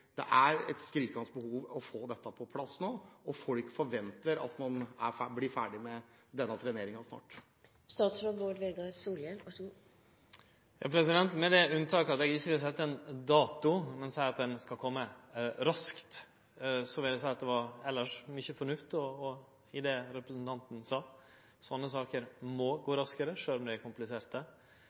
Det er et skrikende behov for å få dette på plass, og folk forventer at man blir ferdig med denne treneringen snart. Med unntak av at eg ikkje vil setje ein dato, men seie at avgjerda skal kome raskt, vil eg seie at det elles var mykje fornuft i det representanten sa. Sånne saker må gå raskare, sjølv om dei er kompliserte.